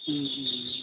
ও ও ও